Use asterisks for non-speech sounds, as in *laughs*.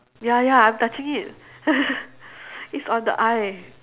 ya ya I'm touching it *laughs* it's on the I